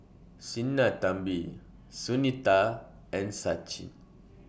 Sinnathamby Sunita and Sachin